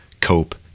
cope